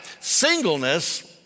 singleness